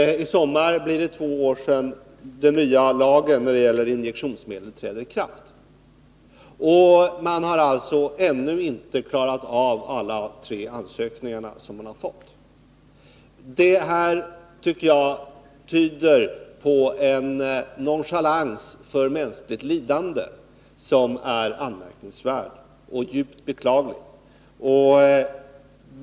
Till sommaren blir det två år sedan den nya lagen om injektionsmedel trädde i kraft. Men fortfarande har man inte klarat av de tre ansökningar som har inkommit. Det tyder enligt min mening på en nonchalans för mänskligt lidande som är anmärkningsvärd och djupt beklaglig.